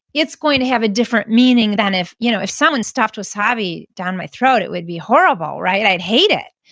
it's going to have a different meaning than if, you know if someone stuffed wasabi down my throat, it would be horrible, right? i'd hate it.